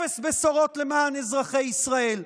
אפס בשורות למען אזרחי ישראל.